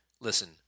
listen